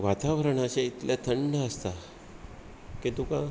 वातावरणाचें इतलें थंड आसता की तुका